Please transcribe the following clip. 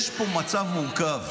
יש פה מצב מורכב.